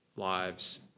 lives